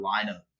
lineup